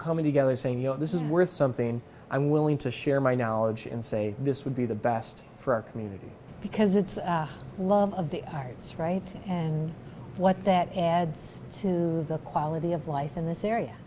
coming together saying you know this is worth something i'm willing to share my knowledge and say this would be the best for our community because it's the love of the heights right and what that adds to the quality of life in this area